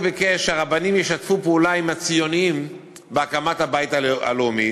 הוא ביקש שהרבנים ישתפו פעולה עם הציונים בהקמת הבית הלאומי,